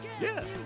Yes